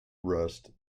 rust